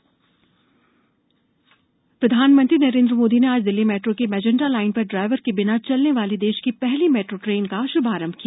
PM driver रहित rail प्रधानमंत्री नरेन्द्र मोदी ने आज दिल्ली मेट्रो की मेजेंटा लाइन पर ड्राइवर के बिना चलने वाली देश की पहली मेट्रो ट्रेन का शुभारंभ किया